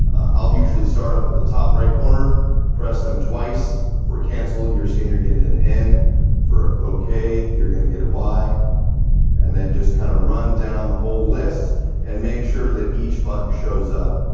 i'll usually start up at the top right corner press them twice for cancel you're seeing you're getting an n for okay you're gonna get an y and then just kind of run down the whole list and make sure that each button shows up.